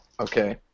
okay